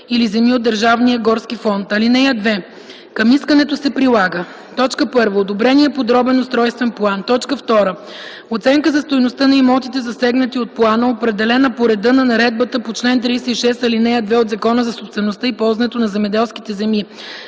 фонд. (2) Към искането се прилага: 1. одобрения подробен устройствен план; 2. оценка за стойността на имотите, засегнати от плана, определена по реда на наредбата по чл. 36, ал. 2 от Закона за собствеността и ползуването на земеделските земи